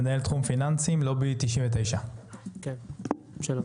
מנהל תחום פיננסים, לובי 99. שלום,